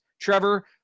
Trevor